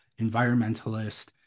environmentalist